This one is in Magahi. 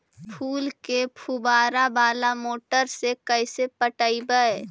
फूल के फुवारा बाला मोटर से कैसे पटइबै?